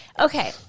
Okay